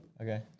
Okay